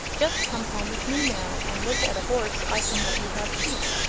just come home with me now and look at a horse i can let you have cheap.